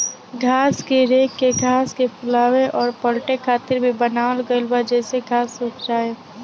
घास के रेक के घास के फुलावे अउर पलटे खातिर भी बनावल गईल बा जेसे घास सुख जाओ